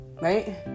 right